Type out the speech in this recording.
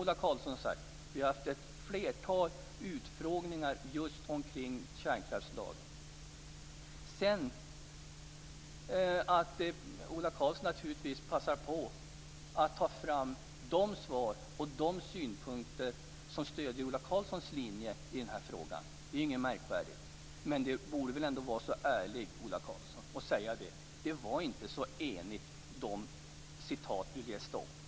Ola Karlsson säger ju att vi har haft ett flertal utfrågningar just om kärnkraftslagen. Att Ola Karlsson, naturligtvis, passar på att ta fram de svar och de synpunkter som är till stöd för Ola Karlssons linje i den här frågan är inte märkvärdigt. Men Ola Karlsson borde väl ändå vara ärlig och säga att det inte var så enigt beträffande det som citerades här.